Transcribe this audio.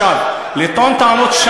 חבר הכנסת מיקי לוי, נא